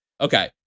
Okay